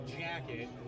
jacket